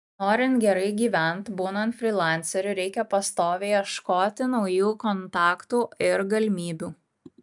norint gerai gyvent būnant frylanceriu reikia pastoviai ieškoti naujų kontaktų ir galimybių